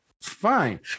Fine